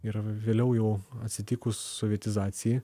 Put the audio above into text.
ir vėliau jau atsitikus sovietizacijai